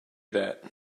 that